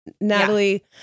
Natalie